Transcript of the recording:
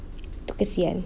tu kesian